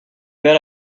bet